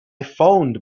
phoned